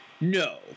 no